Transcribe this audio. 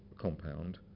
compound